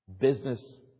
business